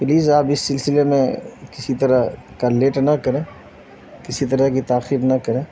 please آپ اس سلسلے میں کسی طرح کا لیٹ نہ کریں کسی طرح کی تاخیر نہ کریں